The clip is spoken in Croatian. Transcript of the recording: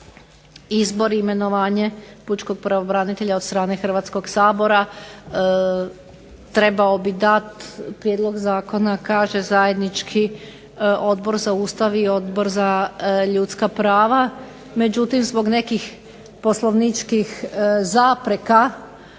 izbor i imenovanje pučkog pravobranitelja od strane Hrvatskog sabora trebao bi dati prijedlog zakona kaže zajednički Odbor za Ustav i Odbor za ljudska prava. Međutim zbog nekih poslovničkih zapreka